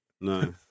No